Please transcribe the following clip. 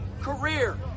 career